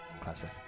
Classic